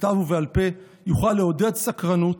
בכתב ובעל פה, יוכל לעודד סקרנות,